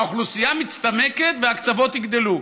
האוכלוסייה מצטמקת וההקצבות יגדלו.